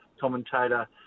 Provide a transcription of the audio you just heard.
commentator